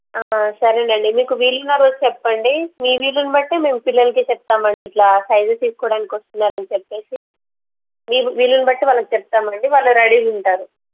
సరేనండి మీకు వీలున్న రోజు చెప్పండి మీ వీలుని బట్టి మేము పిల్లలకి చెప్తామండి ఇలా సైజెస్ తీసుకోవడానికి వస్తున్నారని చెప్పి మీకు వీలును బట్టి వాళ్ళకి చెప్తామండి వాళ్ళు రెడీగా ఉంటారు